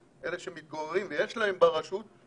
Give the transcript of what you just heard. אלה שמתגוררים ויש להם בר רשות,